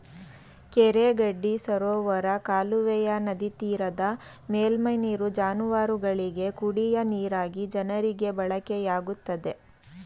ಕೆರೆ ಗಡ್ಡಿ ಸರೋವರ ಕಾಲುವೆಯ ನದಿತೀರದ ಮೇಲ್ಮೈ ನೀರು ಜಾನುವಾರುಗಳಿಗೆ, ಕುಡಿಯ ನೀರಾಗಿ ಜನರಿಗೆ ಬಳಕೆಯಾಗುತ್ತದೆ